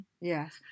Yes